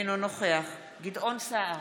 אינו נוכח גדעון סער,